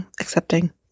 accepting